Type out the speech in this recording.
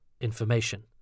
information